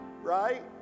Right